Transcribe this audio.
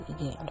again